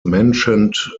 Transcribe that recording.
mentioned